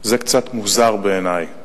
זה קצת מוזר בעיני.